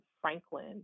Franklin